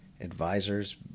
advisors